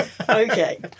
Okay